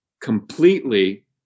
completely